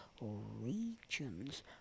regions